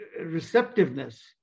receptiveness